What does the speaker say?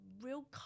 real